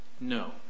no